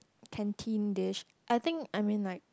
canteen dish I think I mean like